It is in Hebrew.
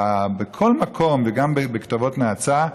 בכל מקום וגם בכתובות נאצה,